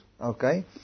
Okay